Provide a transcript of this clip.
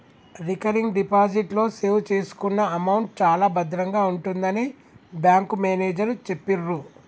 recurring deposit లో save చేసుకున్న amount చాలా భద్రంగా ఉంటుందని బ్యాంకు మేనేజరు చెప్పిర్రు